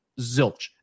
zilch